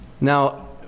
Now